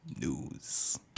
news